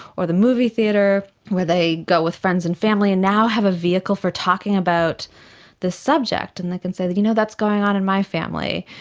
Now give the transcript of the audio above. or the movie theatre where they go with friends and family and now have a vehicle for talking about this subject. and they can say, you know, that's going on in my family,